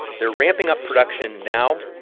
they're ramping up production now.